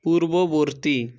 পূর্ববর্তী